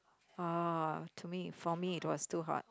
orh to me for me it was too hot